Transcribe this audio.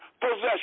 possession